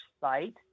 site